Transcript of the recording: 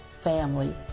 family